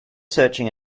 searching